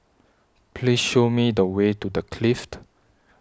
Please Show Me The Way to The Clift